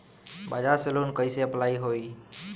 बजाज से लोन कईसे अप्लाई होई?